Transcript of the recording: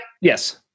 Yes